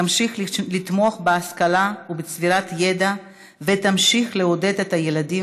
תמשיך לתמוך בהשכלה ובצבירת ידע ותמשיך לעודד את הילדים